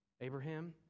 abraham